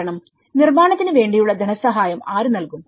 കാരണം നിർമ്മാണത്തിന് വേണ്ടിയുള്ള ധനസഹായം ആര് നൽകും